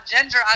Ginger